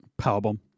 Powerbomb